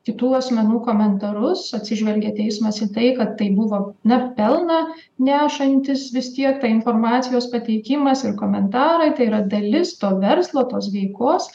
kitų asmenų komentarus atsižvelgė teismas į tai kad tai buvo ne pelną nešantys vis tiek informacijos pateikimas ir komentarai tai yra dalis to verslo tos veikos